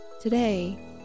Today